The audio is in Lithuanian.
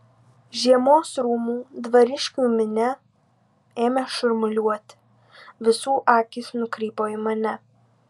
žiemos rūmų dvariškių minia ėmė šurmuliuoti visų akys nukrypo į mane